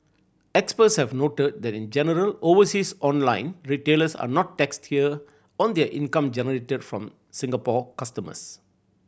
experts have noted that in general overseas online retailers are not taxed here on their income generated from Singapore customers